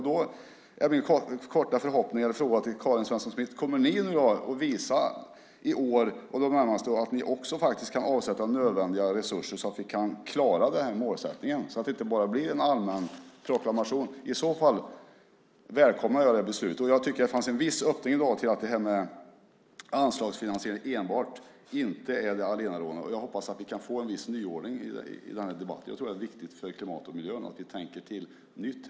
Då är min fråga till Karin Svensson Smith: Kommer ni att visa i år och de närmaste åren att ni faktiskt kan avsätta de nödvändiga resurserna så att vi kan klara målsättningen och att det inte blir en allmän proklamation? I så fall välkomnar jag det. Jag tycker att det fanns en viss öppning i dag till att anslagsfinansiering inte är det allenarådande. Jag hoppas att vi kan få en viss nyordning. Jag tror att det är viktigt för klimat och miljö att vi tänker till nytt.